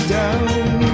down